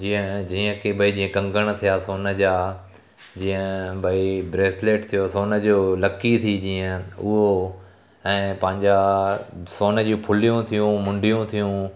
जीअं जीअं की भाई जीअं कंगण थिया सोन जा जीअं भई ब्रेसलेट थियो सोन जो लकी थी जीअं उहो ऐं पंहिंजा सोन जी फुलियूं थियूं मुंडियूं थियूं